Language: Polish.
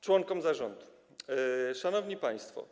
Członkom zarządu, szanowni państwo.